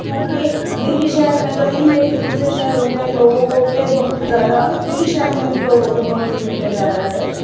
کیونکہ دلّی شہر میں تو نہیں لیکن دوسرے شہروں میں لوگوں کو پہ بہت زیادہ دلّی شہر میں بھی لوگوں پہ بہت ظلم کیا جا رہا ہے